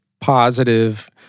positive